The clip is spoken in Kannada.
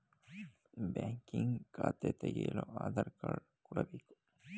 ಬ್ಯಾಂಕಿಂಗ್ ಖಾತೆ ತೆಗೆಯಲು ಆಧಾರ್ ಕಾರ್ಡ ಕೊಡಬೇಕು